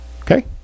Okay